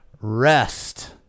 rest